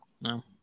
No